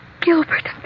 Gilbert